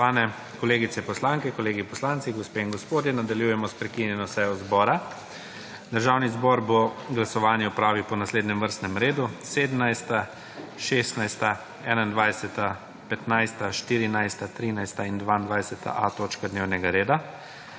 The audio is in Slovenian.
kolegice poslanke, kolegi poslanci, gospe in gospodje, nadaljujemo s prekinjeno sejo zbora. Državni zbor bo glasovanje opravil po naslednjem vrstnem redu 17., 16., 21., 15., 14., 13. in 22.a točka dnevnega reda.